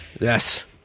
Yes